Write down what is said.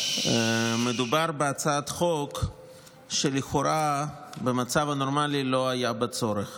מדובר בהצעת חוק שלכאורה במצב הנורמלי לא היה בה צורך.